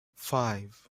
five